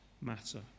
matter